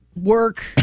work